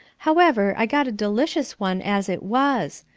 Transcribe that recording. however, i got a delicious one as it was.